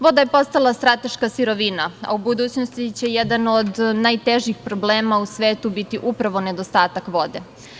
Voda je postala strateška sirovina, a u budućnosti će jedan od najtežih problema u svetu biti upravo nedostatak vode.